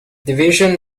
division